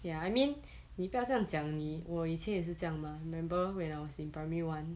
ya I mean 你不要这样讲你我以前也是这样 mah remember when I was in primary one